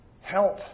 help